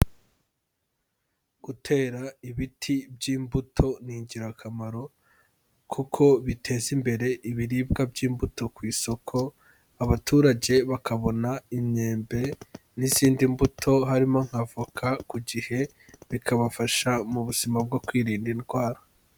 Gutera ibiti by'imbuto ni ingirakamaro kuko biteza imbere ibiribwa by'imbuto ku isoko, abaturage bakabona imyembe n'izindi mbuto harimo nka voka ku gihe, bikabafasha mu buzima bwo kwirinda indwara.